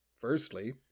Firstly